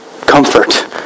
comfort